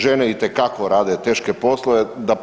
Žene itekako rade teške poslove.